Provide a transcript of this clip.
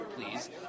please